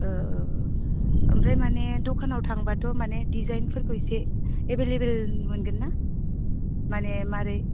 औ औ ओमफ्राय माने दखानाव थांबाथ' माने दिजाइनफोरखौ इसे एभैलएबोल मोनगोन ना माने माबोरै